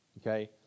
Okay